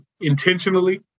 intentionally